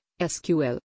SQL